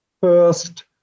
first